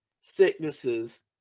sicknesses